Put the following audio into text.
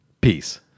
peace